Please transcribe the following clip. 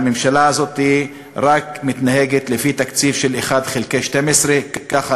והממשלה הזאת מתנהגת לפי תקציב של 1 חלקי 12. כך,